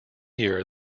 year